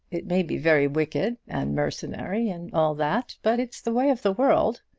it may be very wicked, and mercenary, and all that but it's the way of the world.